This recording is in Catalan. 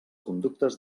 conductes